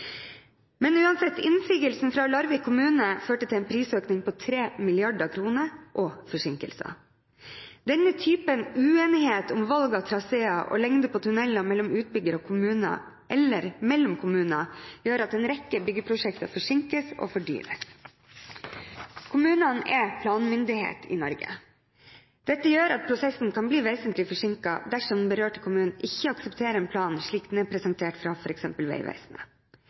Men uansett: Innsigelsen fra Larvik kommune førte til en prisøkning på 3 mrd. kr, og forsinkelser. Denne typen uenighet mellom utbygger og kommuner eller mellom kommuner om valg av traseer og lengde på tunneler gjør at en rekke byggeprosjekter forsinkes og fordyres. Kommunene er planmyndighet i Norge. Dette gjør at prosessen kan bli vesentlig forsinket dersom den berørte kommunen ikke aksepterer en plan slik den er presentert fra f.eks. Vegvesenet.